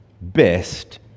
best